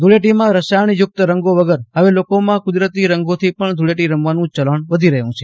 ધૂળેટીમાં રસાયજ્ઞયુક્ત રંગો વગર હવે લોકોમાં કુદરતી રંગોથી પજ્ઞ ધૂળેટી રમવાનું ચલજ્ઞ વધી રહ્યું છે